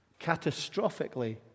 catastrophically